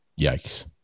Yikes